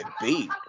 beat